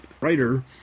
writer